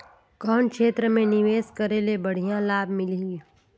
कौन क्षेत्र मे निवेश करे ले बढ़िया लाभ मिलही?